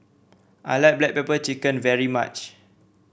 I like Black Pepper Chicken very much